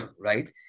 right